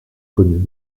connus